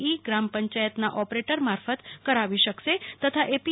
ઈ ગ્રામ પંચાયતના ઓપરેટર મારફત કરાવી શકશે તથા એપી